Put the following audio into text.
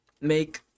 make